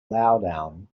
loudoun